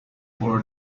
for